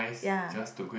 ya